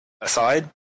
aside